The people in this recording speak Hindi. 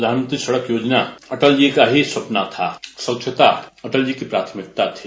प्रधानमंत्री सड़क योजना अटल जी का ही सपना था स्वच्छता अटल जी की प्राथमिकता थी